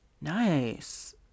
Nice